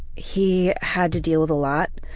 he had to deal with a lot.